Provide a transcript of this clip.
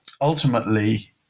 ultimately